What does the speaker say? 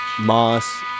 Moss